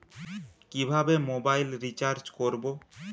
কিভাবে mobile recharge করব?